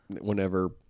whenever